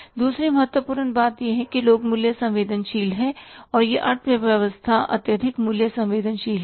दूसरी महत्वपूर्ण बात यह है कि लोग मूल्य संवेदनशील हैं और यह अर्थव्यवस्था अत्यधिक मूल्य संवेदनशील है